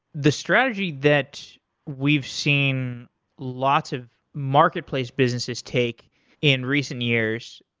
the strategy that we've seen lots of marketplace businesses take in recent years,